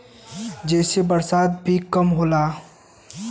जेसे बरसात भी कम होला